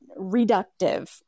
reductive